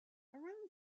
around